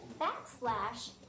backslash